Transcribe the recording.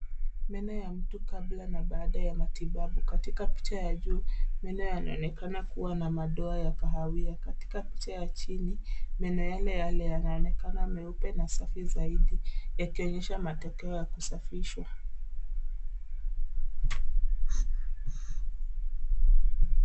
Meno ya mtu kabla na baada ya matibabu. Katika picha ya juu meno yanaonekana kuwa na madoa ya kahawia, katika picha ya chini meno yale yale yanaonekana meupe na safi zaidi yakionyesha matokeo ya kusafishwa.